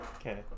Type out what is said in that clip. Okay